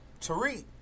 Tariq